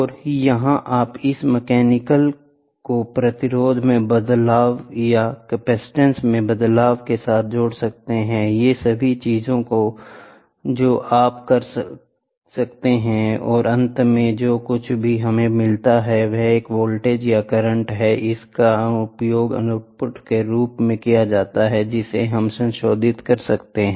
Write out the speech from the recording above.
और यहां आप इस मैकेनिकल को प्रतिरोध में बदलाव या कैपेसिटेंस में बदलाव के साथ जोड़ सकते हैं ये सभी चीजें जो आप कर सकते हैं और अंत में जो कुछ भी हमें मिलता है वह एक वोल्टेज या करंट है इसका उपयोग आउटपुट के रूप में किया जाएगा जिसे आप संशोधित कर सकते हैं